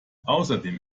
außerdem